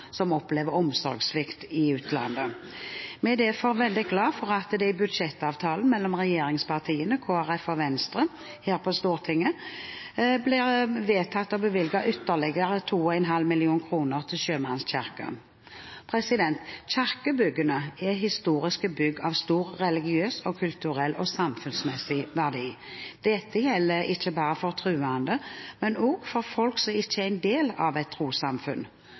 som opplever omsorgssvikt i utlandet. Vi er derfor veldig glad for at det i budsjettavtalen mellom regjeringspartiene, Kristelig Folkeparti og Venstre her på Stortinget blir vedtatt å bevilge ytterligere 2,5 mill. kr til Sjømannskirken. Kirkebyggene er historiske bygg av stor religiøs, kulturell og samfunnsmessig verdi. Dette gjelder ikke bare for troende, men også for folk som ikke er en del av et trossamfunn.